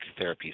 therapies